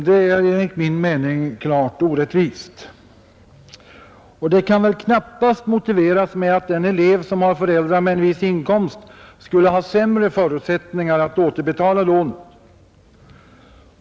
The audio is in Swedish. Det är enligt min mening klart orättvist. Det kan väl knappast motiveras med att den elev som har föräldrar med en viss inkomst skulle ha sämre förutsättningar att återbetala lånet.